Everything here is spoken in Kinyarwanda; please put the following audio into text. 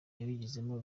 nabigiyemo